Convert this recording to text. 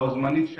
בו זמנית,